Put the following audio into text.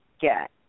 get